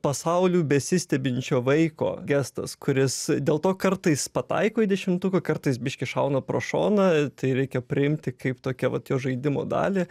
pasauliu besistebinčio vaiko gestas kuris dėl to kartais pataiko į dešimtuką kartais biški šauna pro šoną tai reikia priimti kaip tokią vat jo žaidimo dalį